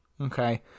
Okay